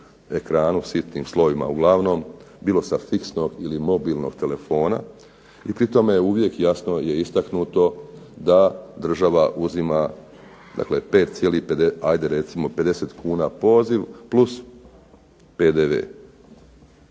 ekranu, sitnim slovima uglavnom, bilo sa fiksnog ili mobilnog telefona. I pri tome uvijek, jasno, je istaknuto da država uzima 5,50, ajde recimo 50